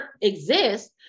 exist